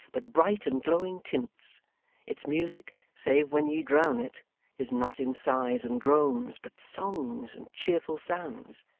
but bright and glowing tints its music save when ye drown it is not in sighs and groans, but songs and cheerful sounds.